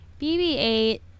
BB-8